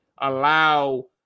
Allow